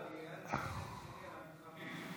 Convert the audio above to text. כי היה גם את החלק שלי